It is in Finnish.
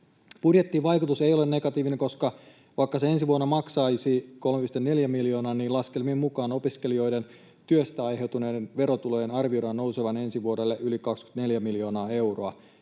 Budjettivaikutus ei ole negatiivinen, koska vaikka se ensi vuonna maksaisi 3,4 miljoonaa, niin laskelmien mukaan opiskelijoiden työstä aiheutuneiden verotulojen arvioidaan nousevan ensi vuodelle yli 24 miljoonaa euroa.